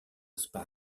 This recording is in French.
spa